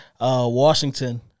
Washington